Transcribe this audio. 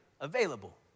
available